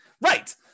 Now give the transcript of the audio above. Right